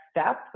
step